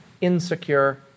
insecure